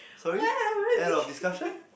where